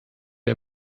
der